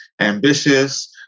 ambitious